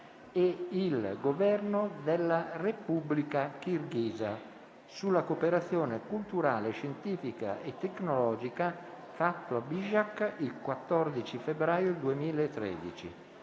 ed il Governo della Repubblica Kirghisa sulla cooperazione culturale, scientifica e tecnologica, fatto a Bishkek il 14 febbraio 2013